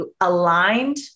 aligned